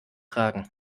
tragen